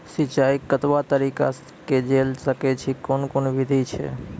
सिंचाई कतवा तरीका सअ के जेल सकैत छी, कून कून विधि ऐछि?